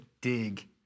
dig